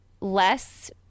less